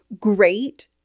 great